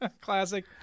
classic